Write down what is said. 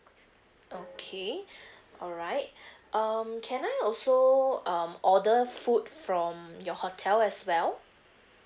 okay alright um can I also um order food from your hotel as well